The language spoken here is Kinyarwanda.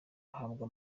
ahabwa